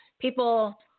people